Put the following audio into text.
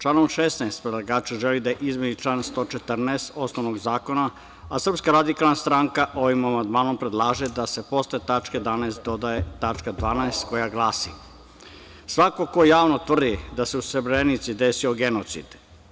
Članom 16. predlagača želi da izmeni član 114. osnovnog zakona a SRS ovim amandmanom predlaže da se posle tačke 11) doda tačka 12) koja glasi – svako ko javno tvrdi da se u Srberenici desio genocid.